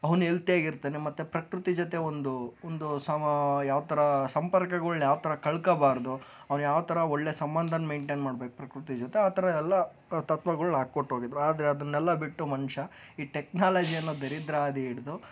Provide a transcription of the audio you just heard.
ಅವ್ನು ಹೆಲ್ತಿಯಾಗಿ ಇರ್ತಾನೆ ಮತ್ತೆ ಪ್ರಕೃತಿ ಜೊತೆ ಒಂದು ಒಂದು ಸಮ ಯಾವ ಥರ ಸಂಪರ್ಕಗಳನ್ನ ಯಾವ ಥರ ಕಳ್ಕೋಬಾರ್ದು ಅವ್ನು ಯಾವ ಥರ ಒಳ್ಳೆ ಸಂಬಂಧನ ಮೆಂಟೈನ್ ಮಾಡಬೇಕು ಪ್ರಕೃತಿ ಜೊತೆ ಆ ಥರ ಎಲ್ಲ ತತ್ವಗಳನ್ನ ಹಾಕ್ಕೋಟ್ಟೋಗಿದ್ದರು ಹೋಗಿದ್ದರು ಆದರೆ ಅದನ್ನೆಲ್ಲ ಬಿಟ್ಟು ಮನುಷ್ಯ ಈ ಟೆಕ್ನಾಲಜಿ ಅನ್ನೋ ದರಿದ್ರ ಹಾದಿ ಹಿಡಿದು